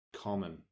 common